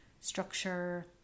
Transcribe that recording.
structure